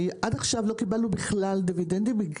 עד עכשיו לא קיבלנו בכלל דיבידנדים.